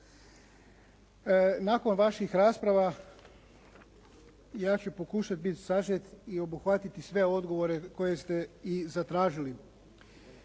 Nakon vaših rasprava ja ću pokušati sažeti i obuhvatiti sve odgovore koje ste i zatražili.